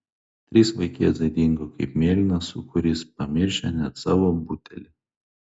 trys vaikėzai dingo kaip mėlynas sūkurys pamiršę net savo butelį